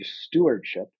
stewardship